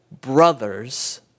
brothers